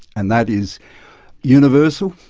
and that is universal,